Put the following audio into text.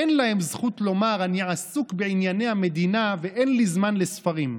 אין להם זכות לומר: אני עסוק בענייני המדינה ואין לי זמן לספרים.